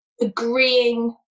agreeing